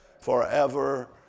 Forever